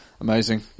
Amazing